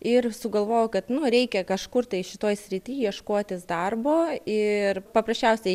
ir sugalvojau kad nu reikia kažkur tai šitoj srity ieškotis darbo ir paprasčiausiai